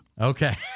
Okay